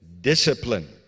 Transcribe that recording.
Discipline